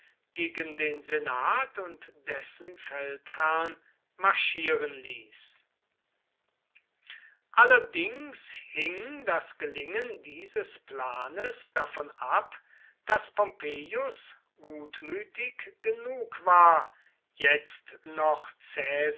gegen den senat und dessen feldherrn marschieren ließ allerdings hing das gelingen dieses planes davon ab daß pompeius gutmütig genug war jetzt noch